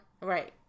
right